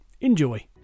Enjoy